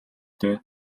дээ